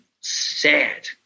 sad